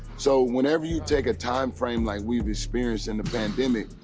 so, whenever you take a timeframe like we've experienced in the pandemic,